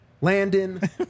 Landon